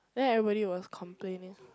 then everybody was complaining